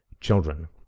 children